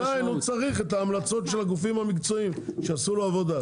עדיין הוא צריך את ההמלצות של הגופים המקצועיים שיעשו לו עבודה.